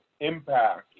impact